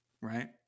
Right